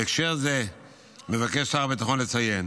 בהקשר זה מבקש שר הביטחון לציין